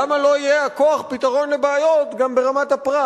למה לא יהיה הכוח פתרון לבעיות גם ברמת הפרט?